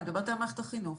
אני מדברת על מערכת החינוך.